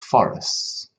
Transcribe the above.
forests